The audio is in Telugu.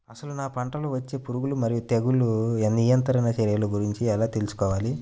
అసలు నా పంటలో వచ్చే పురుగులు మరియు తెగులుల నియంత్రణ చర్యల గురించి ఎలా తెలుసుకోవాలి?